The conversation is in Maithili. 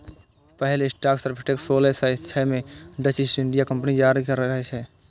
पहिल स्टॉक सर्टिफिकेट सोलह सय छह मे डच ईस्ट इंडिया कंपनी जारी करने रहै